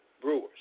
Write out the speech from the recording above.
Brewers